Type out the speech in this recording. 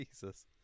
Jesus